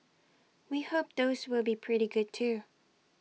we hope those will be pretty good too